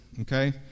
okay